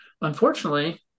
Unfortunately